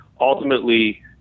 Ultimately